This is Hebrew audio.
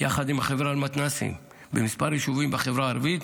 יחד עם החברה למתנ"סים במספר יישובים בחברה הערבית.